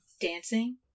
dancing